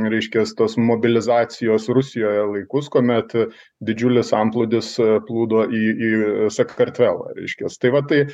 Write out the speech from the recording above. reiškias tos mobilizacijos rusijoje laikus kuomet didžiulis antplūdis plūdo į į sakartvelą reiškias tai va tai